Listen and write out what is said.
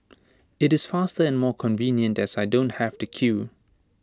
IT is faster and more convenient as I don't have to queue